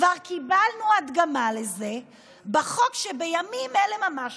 כבר קיבלנו הדגמה לזה בחוק שבימים אלה ממש